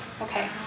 Okay